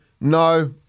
no